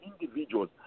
individuals